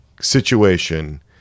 situation